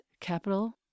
capital